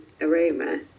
aroma